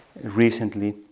recently